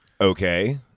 Okay